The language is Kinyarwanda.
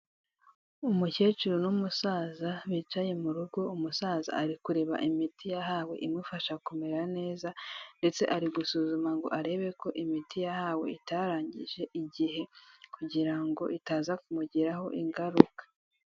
Umukecuru n'umusaza bicaye mu rugo, umusaza ari kureba imiti yahawe imufasha kumera neza ndetse ari gusuzuma ngo arebe ko imiti yahawe itarangije igihe, kugira ngo itaza kumugiraho ingaruka.